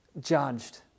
judged